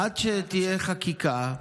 עד שתהיה חקיקה,